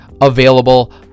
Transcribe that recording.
available